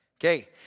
Okay